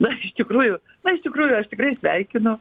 na iš tikrųjų na iš tikrųjų aš tikrai sveikinu